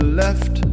left